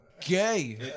gay